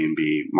Airbnb